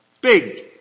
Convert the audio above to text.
Big